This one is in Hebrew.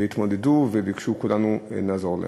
והתמודדו וביקשו מכולנו לעזור להם.